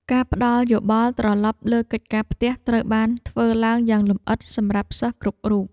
ការផ្តល់យោបល់ត្រឡប់លើកិច្ចការផ្ទះត្រូវបានធ្វើឡើងយ៉ាងលម្អិតសម្រាប់សិស្សគ្រប់រូប។